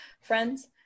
friends